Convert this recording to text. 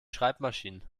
schreibmaschinen